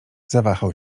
zawahał